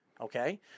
Okay